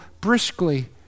briskly